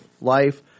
life